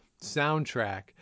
soundtrack